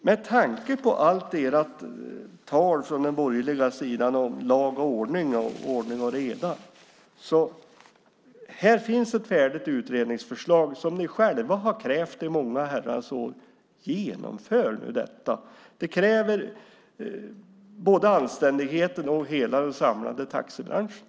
Med tanke på allt tal om lag och ordning från den borgerliga sidan vill jag påpeka att här finns ett färdigt utredningsförslag, något som ni själva krävt i många herrans år. Genomför nu detta! Det kräver både anständigheten och hela den samlade taxibranschen.